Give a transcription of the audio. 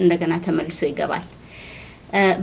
and they're going to